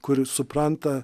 kuris supranta